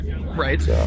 Right